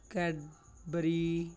Cadbury